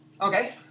Okay